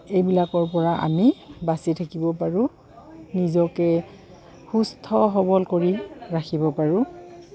এইবিলাকৰপৰা আমি বাচি থাকিব পাৰোঁ নিজকে সুস্থ সবল কৰি ৰাখিব পাৰোঁ